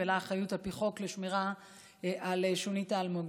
שלה יש אחריות על פי החוק לשמירה על שונית האלמוגים,